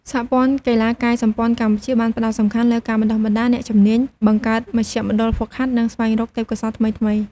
សហព័ន្ធកីឡាកាយសម្ព័ន្ធកម្ពុជាបានផ្តោតសំខាន់លើការបណ្តុះបណ្តាលអ្នកជំនាញ បង្កើតមជ្ឈមណ្ឌលហ្វឹកហាត់ និងស្វែងរកទេពកោសល្យថ្មីៗ។